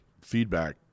feedback